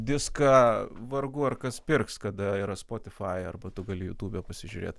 diską vargu ar kas pirks kada yra spotify arba tu gali jutūbę pasižiūrėt